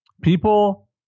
People